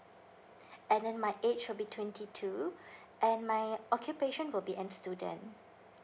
and then my age will be twenty two and my occupation will be am student